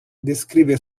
descrive